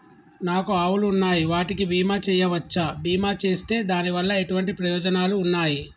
నాకు ఆవులు ఉన్నాయి వాటికి బీమా చెయ్యవచ్చా? బీమా చేస్తే దాని వల్ల ఎటువంటి ప్రయోజనాలు ఉన్నాయి?